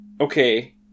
Okay